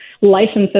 licenses